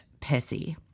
pissy